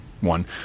one